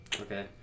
Okay